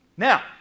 Now